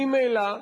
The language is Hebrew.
ממילא,